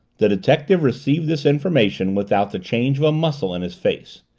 the detective received this information without the change of a muscle in his face.